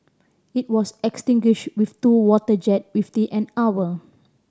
it was extinguished with two water jet within an hour